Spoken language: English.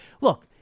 Look